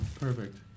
Perfect